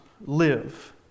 live